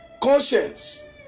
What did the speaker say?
conscience